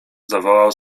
zawołał